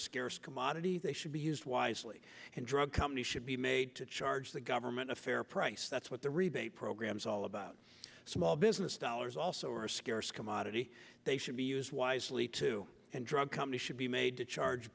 scarce commodity they should be used wisely and drug companies should be made to charge the government a fair price that's what the rebate program is all about small business dollars also are a scarce commodity they should be used wisely too and drug companies should be made to charge